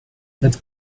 that